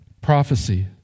Prophecy